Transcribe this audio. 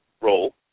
role